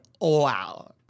wow